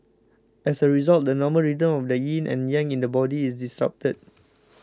as a result the normal rhythm of the yin and yang in the body is disrupted